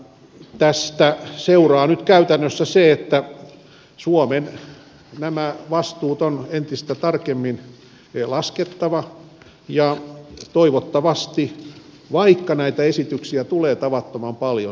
tästä seuraa nyt käytännössä se että suomen vastuut on entistä tarkemmin laskettava vaikka näitä esityksiä tulee tavattoman paljon